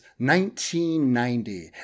1990